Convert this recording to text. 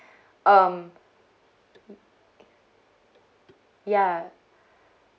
um ya